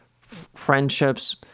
friendships